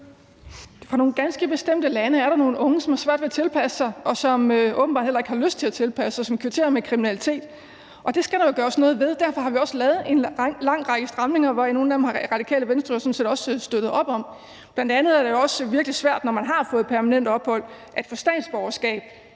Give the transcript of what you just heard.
Fra nogle ganske bestemte lande er der nogle unge, som har svært ved at tilpasse sig, og som åbenbart heller ikke har lyst til at tilpasse sig, og som kvitterer med kriminalitet, og det skal der jo gøres noget ved. Derfor har vi også lavet en lang række stramninger, hvor Radikale Venstre sådan set også har støttet op om nogle af dem. Bl.a. er det jo også virkelig svært, når man har fået permanent ophold, at få statsborgerskab